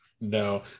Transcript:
No